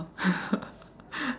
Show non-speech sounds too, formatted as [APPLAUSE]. [LAUGHS]